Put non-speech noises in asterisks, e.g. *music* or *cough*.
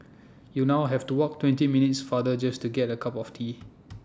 you know have to walk twenty minutes farther just to get A cup of tea *noise*